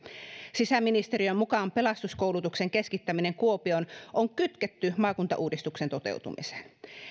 sisäministeriön mukaan pelastuskoulutuksen keskittäminen kuopioon on kytketty maakuntauudistuksen toteutumiseen